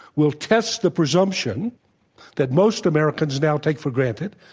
will test the presumption that most americans now take for granted,